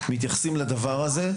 מתייחסים לדבר הזה,